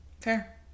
Fair